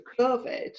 covid